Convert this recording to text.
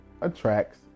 attracts